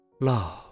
love